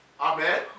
Amen